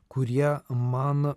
kurie man